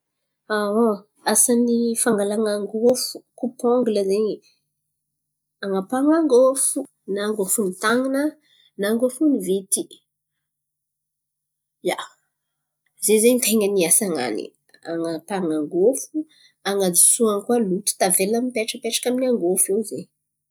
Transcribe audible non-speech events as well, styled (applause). (hesitation) Asan'ny a fangalana angôfo, kopongila zen̈y, an̈apahan̈a angôfo na angôfon'ny tan̈ana na angôfon'ny vity. Ia, ze zen̈y ten̈a ny asan̈any. An̈apahan̈a angôfo, andosoan̈a koa loto tavela mipetrapetraka amin'ny angôfo in̈y zen̈y.